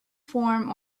form